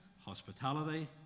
hospitality